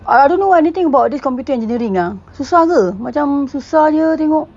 I I don't know anything about this computer engineering ah susah ke macam susah jer tengok